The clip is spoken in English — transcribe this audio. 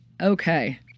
Okay